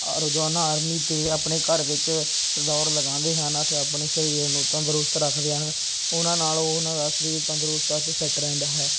ਰੋਜ਼ਾਨਾ ਆਰਮੀ ਅਤੇ ਆਪਣੇ ਘਰ ਵਿੱਚ ਦੌੜ ਲਗਾਉਂਦੇ ਹਨ ਅਤੇ ਆਪਣੇ ਸਰੀਰ ਨੂੰ ਤੰਦਰੁਸਤ ਰੱਖਦੇ ਹਨ ਉਨ੍ਹਾਂ ਨਾਲ ਉਨ੍ਹਾਂ ਦਾ ਸਰੀਰ ਤੰਦਰੁਸਤ ਅਤੇ ਫਿੱਟ ਰਹਿੰਦਾ ਹੈ